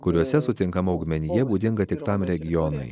kuriuose sutinkama augmenija būdinga tik tam regionui